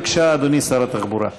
בבקשה, אדוני שר התחבורה.